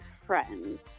friends